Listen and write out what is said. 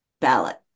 ballot